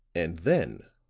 and, then,